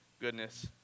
goodness